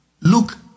look